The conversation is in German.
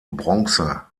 bronze